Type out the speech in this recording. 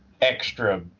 extra